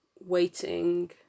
waiting